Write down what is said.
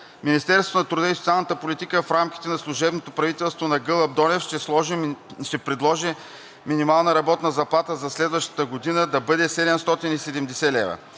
„Министерството на труда и социалната политика в рамките на служебното правителство на Гълъб Донев ще предложи минималната работна заплата за следващата година да бъде 770 лв.“